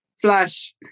flash